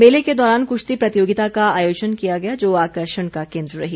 मेले के दौरान कुश्ती प्रतियोगिता का आयोजन किया गया जो आकर्षण का केन्द्र रही